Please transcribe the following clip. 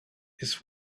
this